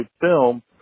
film